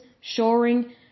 shoring